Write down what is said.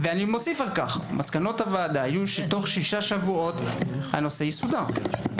אני מוסיף על כך מסקנות הוועדה היו שתוך שישה שבועות הנושא יסודר.